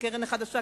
הקרן החדשה,